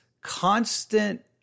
constant